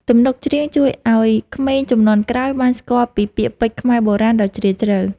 ទំនុកច្រៀងជួយឱ្យក្មេងជំនាន់ក្រោយបានស្គាល់ពីពាក្យពេចន៍ខ្មែរបុរាណដ៏ជ្រាលជ្រៅ។